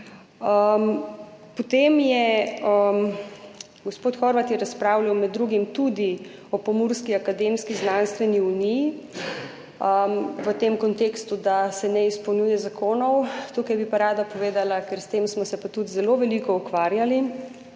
kasneje. Gospod Horvat je razpravljal med drugim tudi o Pomurski akademski znanstveni uniji, v tem kontekstu, da se ne izpolnjuje zakonov. Tukaj bi pa rada povedala, ker s tem smo se pa tudi zelo veliko ukvarjali,